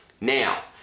Now